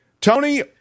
Tony